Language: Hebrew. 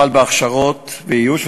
הוחל בהכשרות ואיוש,